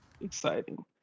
exciting